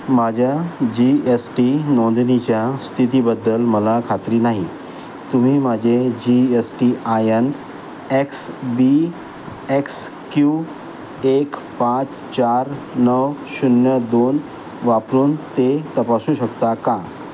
माझ्या G S T नोंदणीच्या स्थितीबद्दल मला खात्री नाही तुम्ही माझे G S T I N X B X Q एक पाच चार नऊ शून्य दोन वापरून ते तपासू शकता का